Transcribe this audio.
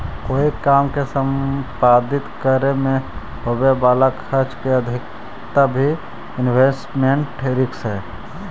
कोई काम के संपादित करे में होवे वाला खर्च के अधिकता भी इन्वेस्टमेंट रिस्क हई